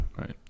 right